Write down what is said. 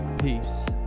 Peace